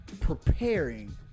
preparing